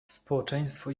społeczeństwo